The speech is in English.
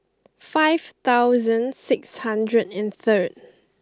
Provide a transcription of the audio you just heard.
five thousand six hundred and third